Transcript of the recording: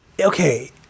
Okay